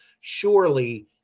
surely